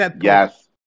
yes